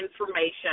information